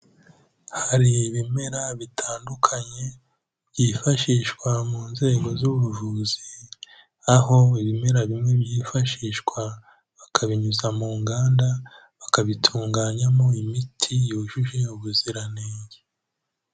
Hari ibimera bitandukanye byifashishwa mu nzego z'ubuvuzi, aho ibimera bimwe byifashishwa bakabinyuza mu nganda bakabitunganyamo imiti yujuje ubuziranenge.